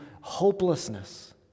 hopelessness